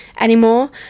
anymore